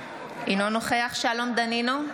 אינו נוכח שלום דנינו,